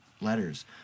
letters